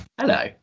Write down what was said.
hello